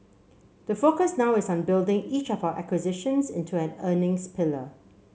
the focus now is on building each of our acquisitions into an earnings pillar